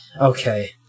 Okay